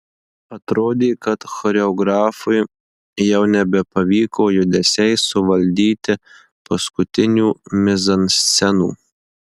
atrodė kad choreografui jau nebepavyko judesiais suvaldyti paskutinių mizanscenų